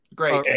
great